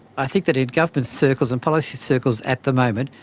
i think that in government circles and policy circles at the moment,